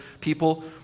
people